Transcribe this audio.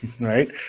Right